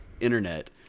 internet